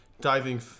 diving